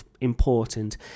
important